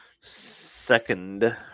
Second